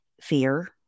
fear